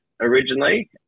originally